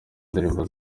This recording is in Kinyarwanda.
ndirimbo